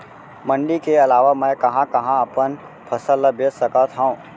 मण्डी के अलावा मैं कहाँ कहाँ अपन फसल ला बेच सकत हँव?